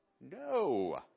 no